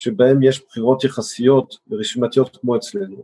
שבהם יש בחירות יחסיות ורשימתיות כמו אצלנו